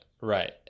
right